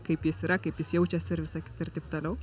kaip jis yra kaip jis jaučiasi ir visa kita ir taip toliau